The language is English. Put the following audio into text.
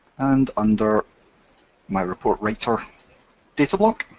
and under my report writer datablock